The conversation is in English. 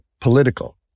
political